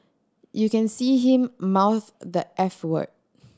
you can see him mouth the f word